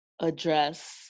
address